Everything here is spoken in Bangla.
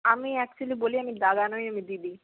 আমি অ্যাকচুয়ালি বলি আমি দাদা নই আমি দিদি